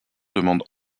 demande